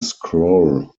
scroll